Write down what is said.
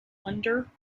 under